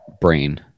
brain